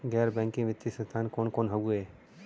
गैर बैकिंग वित्तीय संस्थान कौन कौन हउवे?